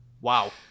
Wow